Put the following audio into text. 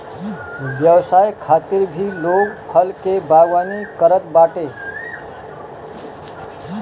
व्यवसाय खातिर भी लोग फल के बागवानी करत बाटे